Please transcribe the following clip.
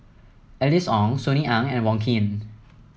Alice Ong Sunny Ang and Wong Keen